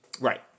Right